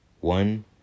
One